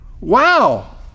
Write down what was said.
Wow